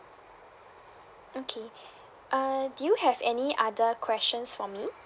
okay uh do you have any other questions for me